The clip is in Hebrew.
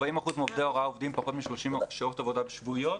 40% מעובדי ההוראה עובדים פחות מ-30 שעות עבודה שבועיות.